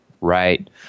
Right